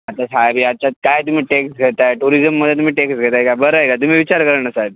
आता साहेब याच्यात काय तुम्ही टॅक्स घेताय टुरिजममध्ये तुम्ही टॅक्स घेताय का बरं आहे का तुम्ही विचार करा ना साहेब